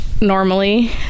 normally